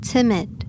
Timid